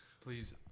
Please